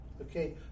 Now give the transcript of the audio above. okay